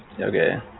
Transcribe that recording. Okay